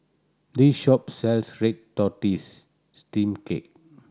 this shop sells red tortoise steamed cake